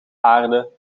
aarde